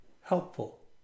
helpful